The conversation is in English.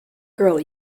girl